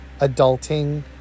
adulting